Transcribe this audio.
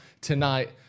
tonight